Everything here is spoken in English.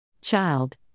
Child